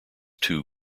two